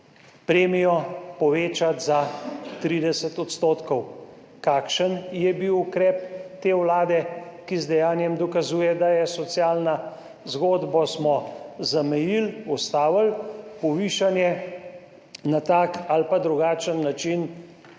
premijo povečati za 30 %. Kakšen je bil ukrep te vlade, ki z dejanjem dokazuje, da je socialna? Zgodbo smo zamejili, ustavili. Povišanje na tak ali drugačen način